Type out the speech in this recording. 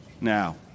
Now